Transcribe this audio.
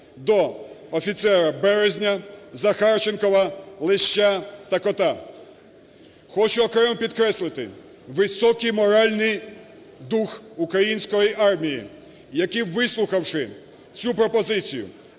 до офіцера Березня, Захарченкова, Леща та Кота. Хочу окремо підкреслити високий моральний дух української армії, які, вислухавши цю пропозицію,